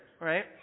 right